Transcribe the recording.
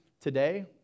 today